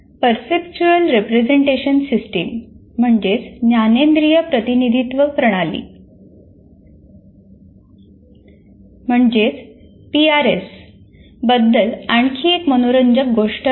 perceptual representation system बद्दल आणखी एक मनोरंजक गोष्ट आहे